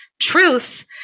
truth